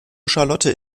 charlotte